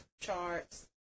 charts